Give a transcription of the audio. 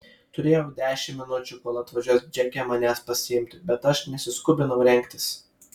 turėjau dešimt minučių kol atvažiuos džeke manęs pasiimti bet aš nesiskubinau rengtis